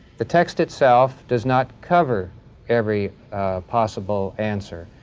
the text itself does not cover every possible answer.